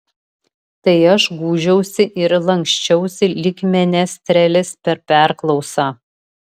tai aš gūžiausi ir lanksčiausi lyg menestrelis per perklausą